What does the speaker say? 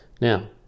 Now